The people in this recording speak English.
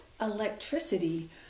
electricity